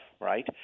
right